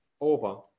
over